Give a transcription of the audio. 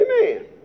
Amen